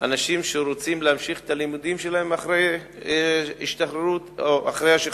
אנשים שרוצים להמשיך את הלימודים שלהם אחרי השחרור מצה"ל.